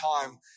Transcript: time